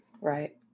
Right